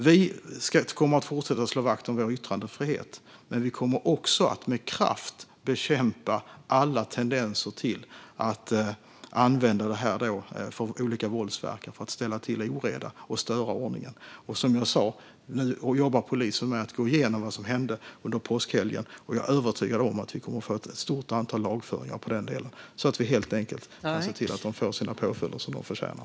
Vi kommer att fortsätta att slå vakt om vår yttrandefrihet, men vi kommer också att med kraft bekämpa alla tendenser till att använda olika våldsverkare för att ställa till oreda och störa ordningen. Som jag sa jobbar polisen med att gå igenom vad som hände under påskhelgen, och jag är övertygad om att vi kommer att få ett stort antal lagföringar i den delen så att vi kan se till att de får de påföljder som de förtjänar.